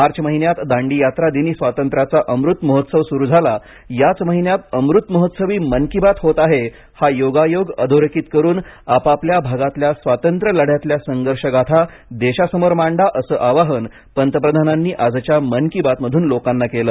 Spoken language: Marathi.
मार्च महिन्यात दांडीयात्रा दिनी स्वातंत्र्याचा अमृत महोत्सव सुरू झाला याच महिन्यात अमृतमहोत्सवी मन की बात होते आहे हा योगायोग अधोरेखित करून आपापल्या भागातल्या स्वातंत्र्य लढ्यातल्या संघर्षगाथा देशासमोर मांडा असं आवाहन पंतप्रधानांनी आजच्या मन की बात मधून लोकांना केलं